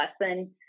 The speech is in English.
lesson